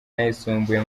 n’ayisumbuye